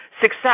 success